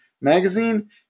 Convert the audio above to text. magazine